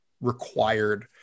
required